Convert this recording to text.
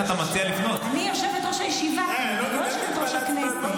יושב-ראש הישיבה או יושב-ראש הכנסת?